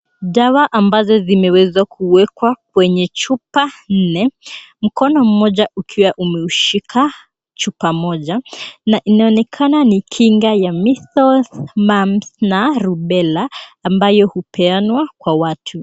Dawa ambazo zimeweza kuwekwa kwenye chupa nne. Mkono mmoja ukiwa umeushika chupa moja na inaonekana ni kinga ya measles, mumps na rubela ambayo hupeanwa kwa watu.